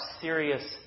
serious